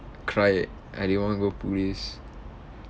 cry I didn't want go police